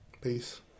Peace